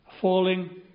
falling